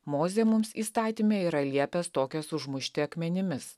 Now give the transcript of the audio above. mozė mums įstatyme yra liepęs tokias užmušti akmenimis